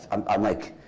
i'm like,